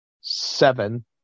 seven